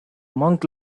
monk